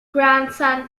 grandson